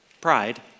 pride